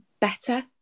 Better